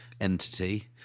entity